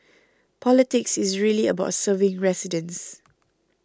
politics is really about serving residents